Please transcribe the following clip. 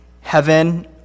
Heaven